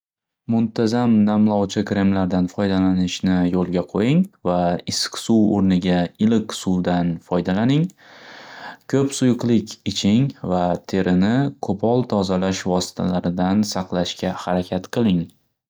Muntazam namlovchi qremlardan foydalanishni yo'lga qo'ying va issiq suv o'rniga iliq suvdan foydalaning ko'p suyuqlik iching va terini qo'pol tozalash vositalaridan saqlashga xarakat qiling.